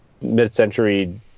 mid-century